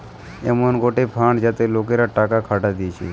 এমন গটে ফান্ড যাতে লোকরা টাকা খাটাতিছে